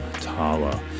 Tala